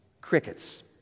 crickets